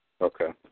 Okay